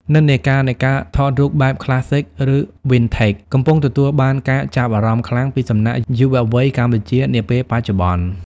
និន្នាការនៃការថតរូបបែប Classic ឬ Vintage កំពុងទទួលបានការចាប់អារម្មណ៍ខ្លាំងពីសំណាក់យុវវ័យកម្ពុជានាពេលបច្ចុប្បន្ន។